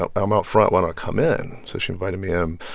out um out front. why don't i come in? so she invited me um